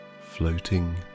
floating